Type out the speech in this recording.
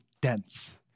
dense